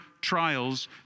trials